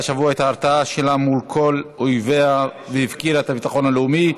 השבוע את ההרתעה שלה מול כל אויביה והפקירה את הביטחון הלאומי.